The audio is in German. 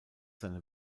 seine